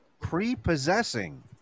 Prepossessing